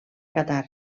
qatar